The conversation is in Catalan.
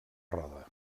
roda